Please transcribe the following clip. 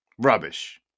Rubbish